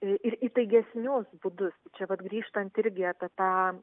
ir įtaigesnius būdus čia pat grįžtant irgi apie tą